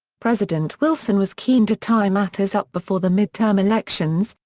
president wilson was keen to tie matters up before the mid-term elections,